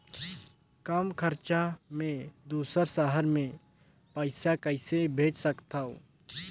कम खरचा मे दुसर शहर मे पईसा कइसे भेज सकथव?